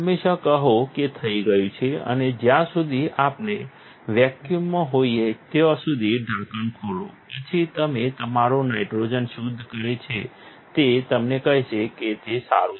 હંમેશાં કહો કે થઈ ગયું છે અને જ્યાં સુધી આપણે વેક્યુમમાં હોઈએ ત્યાં સુધી ઢાંકણ ખોલ્યા પછી અને તમારો નાઇટ્રોજન શુદ્ધ કરે છે તે તમને કહેશે કે તે સારું છે